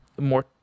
more